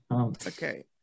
Okay